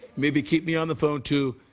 maybe keep me on the phone, too.